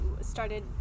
started